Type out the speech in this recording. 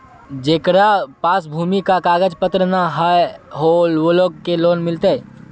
जेकरा पास भूमि का कागज पत्र न है वो लोग के लोन मिलते?